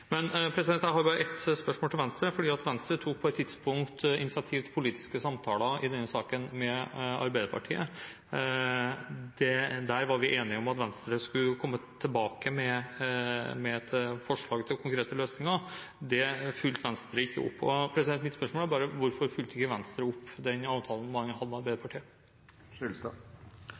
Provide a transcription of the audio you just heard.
Men jeg har bare ett spørsmål til Venstre, for Venstre tok på et tidspunkt initiativ til politiske samtaler i denne saken med Arbeiderpartiet. Der var vi enige om at Venstre skulle komme tilbake med et forslag til konkrete løsninger. Det fulgte ikke Venstre opp, og mitt spørsmål er bare: Hvorfor fulgte ikke Venstre opp den avtalen man hadde med